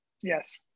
Yes